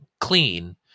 clean